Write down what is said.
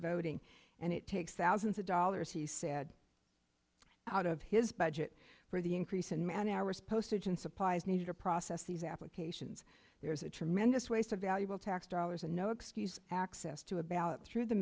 voting and it takes thousands of dollars he said out of his budget for the increase in man hours postage and supplies needed to process these applications there is a tremendous waste of valuable tax dollars and no excuse access to a ballot through the